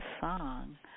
song